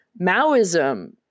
maoism